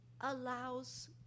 allows